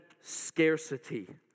scarcity